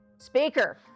Speaker